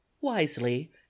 wisely